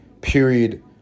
period